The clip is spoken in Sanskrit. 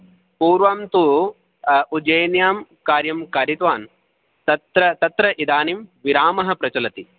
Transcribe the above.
पूर्वं तु उज्जयिन्यां कार्यं कारितवान् तत्र तत्र इदानीं विरामः प्रचलति